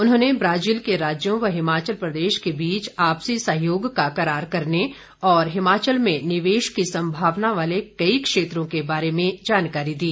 उन्होंने ब्राजील के राज्यों व हिमाचल प्रदेश के बीच आपसी सहयोग का करार करने और हिमाचल में निवेश की संभावना वाले कई क्षेत्रों के बारे में जानकारी दी